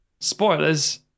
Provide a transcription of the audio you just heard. Spoilers